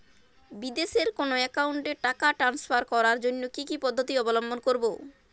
বিদেশের কোনো অ্যাকাউন্টে টাকা ট্রান্সফার করার জন্য কী কী পদ্ধতি অবলম্বন করব?